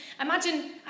Imagine